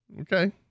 Okay